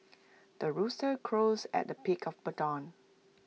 the rooster crows at the of dawn